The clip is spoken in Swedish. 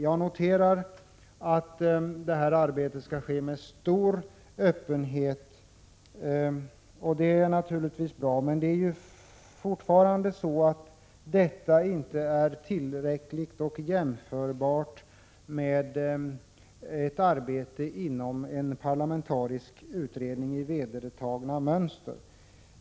Jag noterar att det här arbetet skall ske med stor öppenhet. Det är naturligtvis bra. Men fortfarande är detta inte tillräckligt och inte heller jämförbart med ett arbete inom en parlamentarisk utredning som följer vedertagna mönster.